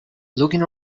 looking